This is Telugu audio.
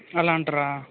అలా అంటారా